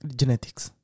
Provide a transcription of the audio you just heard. genetics